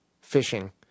fishing